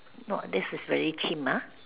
not this is very chim ah